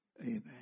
Amen